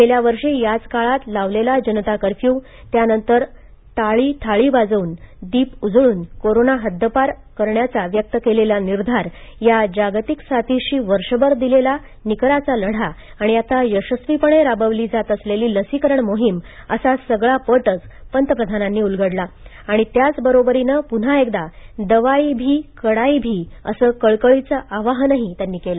गेल्या वर्षी याच काळात लावलेला जनता कर्फ्यू त्यानंतर टाळी थाळी वाजवून दीप उजळून कोरोना हद्दपार करण्याचा व्यक्त केलेला निर्धार या जागतिक साथीशी वर्षभर दिलेला निकराचा लढा आणि आता यशस्वीपणे राबवली जात असलेली लसीकरण मोहीम असा सगळा पटचं पंतप्रधानांनी उलगडला आणि त्याच बरोबरीनं पुन्हा एकदा दवाई भी कडाई भी असं कळकळीचं आवाहनही केलं